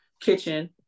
Kitchen